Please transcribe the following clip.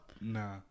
Nah